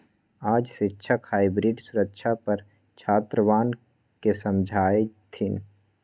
आज शिक्षक हाइब्रिड सुरक्षा पर छात्रवन के समझय थिन